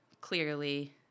clearly